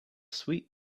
sweet